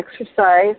exercise